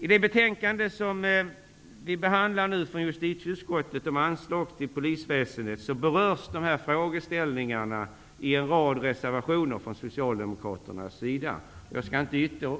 I det betänkande från justitieutskottet om anslag till polisväsendet som vi behandlar nu berörs de här frågeställningarna i en rad reservationer från Socialdemokraterna. Jag skall inte uppehålla